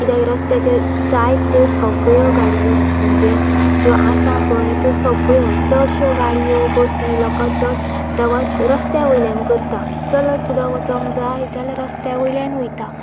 कित्याक रस्त्याचेर जायत्यो सगळ्यो गाडयो म्हणजे ज्यो आसा पळय त्यो सगळ्यो चडश्यो गाडयो बसी लोकां चड प्रवास रस्त्या वयल्यान करता चलत सुद्दां वचोंक जाय जाल्यार रस्त्या वयल्यान वयता